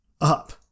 up